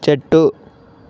చెట్టు